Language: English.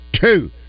two